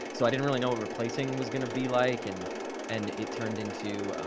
so, i didn't really know what replacing was gonna be like. and and it turned into,